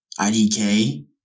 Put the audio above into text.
IDK